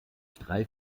drei